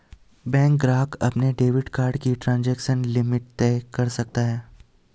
bank ग्राहक अपने debit card की ट्रांज़ैक्शन लिमिट तय कर सकता है